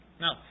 Now